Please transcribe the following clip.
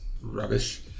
rubbish